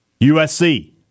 USC